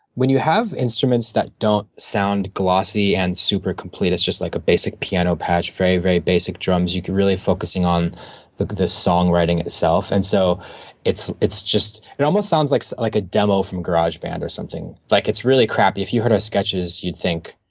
when you have instruments that don't sound glossy and super completist, just like a basic piano patch, very very basic drums, you can really focusing on, look at the song writing itself, and so it's it's just, it almost sounds like like a demo from garageband or something. like, it's really crappy. if you heard our sketches, you'd think,